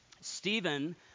Stephen